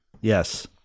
Yes